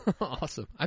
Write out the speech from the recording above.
Awesome